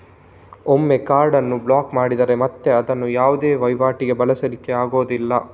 ಒಮ್ಮೆ ಕಾರ್ಡ್ ಅನ್ನು ಬ್ಲಾಕ್ ಮಾಡಿದ್ರೆ ಮತ್ತೆ ಅದನ್ನ ಯಾವುದೇ ವೈವಾಟಿಗೆ ಬಳಸ್ಲಿಕ್ಕೆ ಆಗುದಿಲ್ಲ